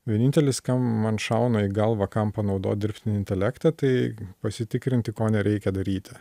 vienintelis kam man šauna į galvą kam panaudot dirbtinį intelektą tai pasitikrinti ko nereikia daryti